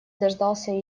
дождался